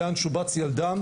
לאן שובץ ילדם,